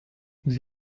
vous